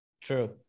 true